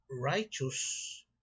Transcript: righteous